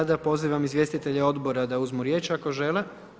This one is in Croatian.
Sada pozivam izvjestitelje Odbora da uzmu riječ ako žele.